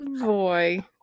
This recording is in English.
boy